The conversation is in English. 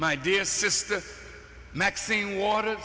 my dear sister maxine water